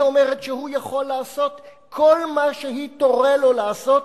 היא אומרת שהוא יכול לעשות כל מה שהיא תורה לו לעשות,